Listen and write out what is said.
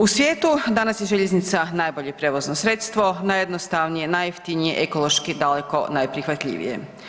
U svijetu danas je željeznica najbolje prijevozno sredstvo, najjednostavnije, najjeftinije, ekološki daleko najprihvatljivije.